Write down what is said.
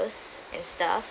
and stuff